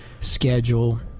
Schedule